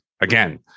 Again